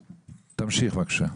תמשיך, בבקשה.